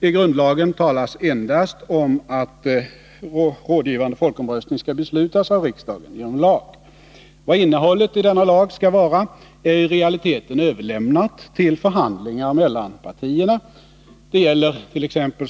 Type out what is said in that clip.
I grundlagen talas endast om att rådgivande folkomröstning skall beslutas av riksdagen genom lag. Vad innehållet i denna lag skall vara är i realiteten överlämnat till förhandlingar mellan partierna. Det gällert.ex.